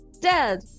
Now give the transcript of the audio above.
Dad